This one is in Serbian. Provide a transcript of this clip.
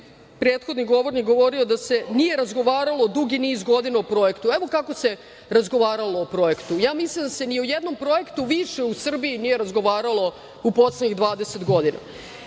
prethodni govornik govorio da se nije razgovaralo dugi niz godina o projektu. Evo, kako se razgovaralo o projektu. Ja mislim da se ni o jednom projektu više u Srbiji nije razgovaralo u poslednjih 20 godina. Evo,